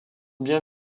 bien